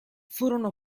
furono